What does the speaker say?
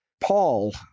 Paul